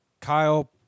Kyle